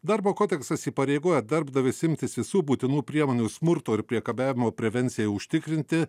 darbo kodeksas įpareigoja darbdavius imtis visų būtinų priemonių smurto ir priekabiavimo prevencijai užtikrinti